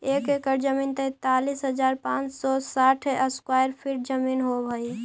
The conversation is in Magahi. एक एकड़ जमीन तैंतालीस हजार पांच सौ साठ स्क्वायर फीट जमीन होव हई